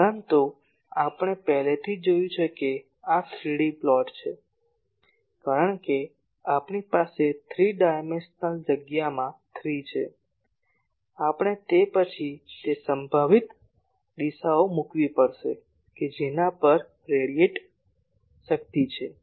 પરંતુ આપણે પહેલેથી જ જોયું છે કે આ 3 D પ્લોટ હશે કારણ કે આપણી પાસે થ્રી ડાયમેન્શનલ જગ્યામાં 3 છે આપણે તે પછી તે સંભવિત દિશાઓ મૂકવી પડશે કે જેના પર રેડીયેટેડ શક્તિ છે